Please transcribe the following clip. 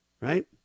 Right